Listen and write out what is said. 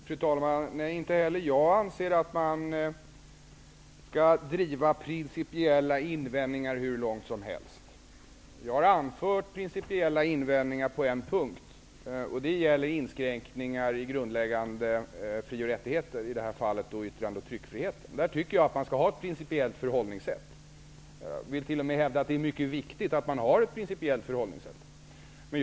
Fru talman! Inte heller jag anser att man skall driva principiella invändningar hur långt som helst. Jag har anfört principiella invändningar på en punkt. Det gäller inskränkningar i grundläggande fri och rättigheter. I det här fallet gäller det yttrande och tryckfriheten. Där tycker jag att man skall ha ett principiellt förhållningssätt. Jg vill t.o.m. hävda att det är mycket viktigt att man har ett principiellt förhållningssätt.